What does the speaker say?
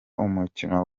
umukino